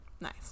nice